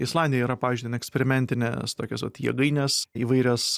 islandijoj yra pavyzdžiui ten eksperimentinės tokios vat jėgainės įvairias